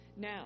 now